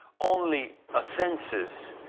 only offences,